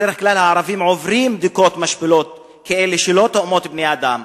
בדרך כלל הערבים עוברים בדיקות משפילות כאלה שלא מתאימות לבני-אדם,